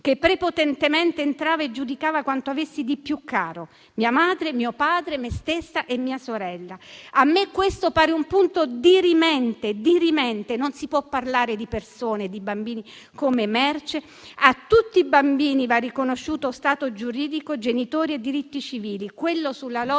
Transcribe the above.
che prepotentemente entrava e giudicava quanto avessi di più caro: mia madre, mio padre, me stessa e mia sorella. A me questo pare un punto dirimente. Non si può parlare di persone e di bambini come merce. A tutti i bambini vanno riconosciuti stato giuridico, genitori e diritti civili. Quello sulla loro